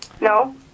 No